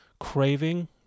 craving